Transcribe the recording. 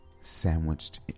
sandwiched